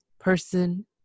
person